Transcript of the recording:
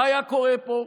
מה היה קורה פה?